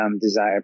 desire